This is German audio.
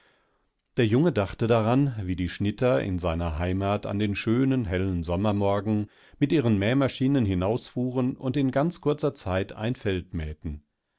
der junge dachte daran wie die schnitter in seiner heimat an den schönen hellen sommermorgen mit ihren mähmaschinen hinausfuhren und in ganz kurzer zeit ein feld